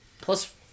Plus